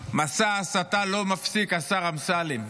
מסע ההסתה לא מפסיק, השר אמסלם.